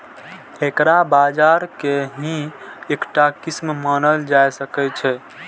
एकरा बाजार के ही एकटा किस्म मानल जा सकै छै